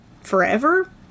forever